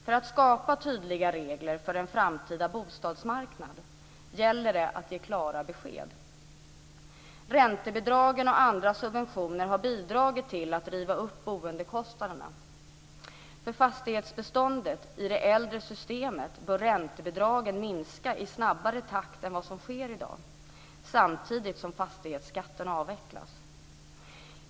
För att skapa tydliga regler för en framtida bostadsmarknad måste man ge klara besked. Räntebidragen och andra subventioner har bidragit till att driva upp boendekostnaderna. För fastighetsbeståndet i det äldre systemet bör räntebidragen minska i snabbare takt än vad som sker i dag, samtidigt som fastighetsskatten avvecklas.